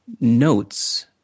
notes